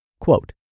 Quote